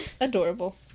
Adorable